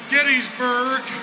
Gettysburg